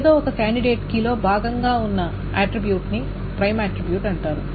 ఎదో ఒక candidate key లో భాగంగా ఉన్న ఆట్రిబ్యూట్ ని ప్రైమ్ ఆట్రిబ్యూట్ అంటారు